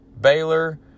Baylor